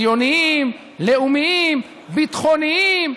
ציוניים, לאומיים, ביטחוניים.